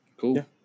Cool